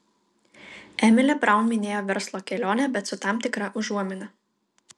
emilė braun minėjo verslo kelionę bet su tam tikra užuomina